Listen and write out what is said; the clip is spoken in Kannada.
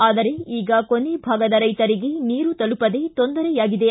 ಆದರೆ ಈಗ ಕೊನೆ ಭಾಗದ ರೈತರಿಗೆ ನೀರು ತಲುಪದೆ ತೊಂದರೆಯಾಗಿದೆ